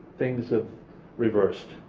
things have reversed.